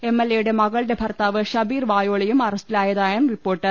M L എയുടെ മകളുടെ ഭർത്താവ് ഷബീർ വായോ ളിയും അറസ്റ്റിലായതായാണ് റിപ്പോർട്ട്